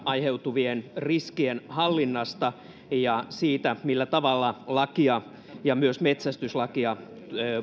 aiheutuvien riskien hallinnasta ja siitä millä tavalla lakia ja myös metsästyslakia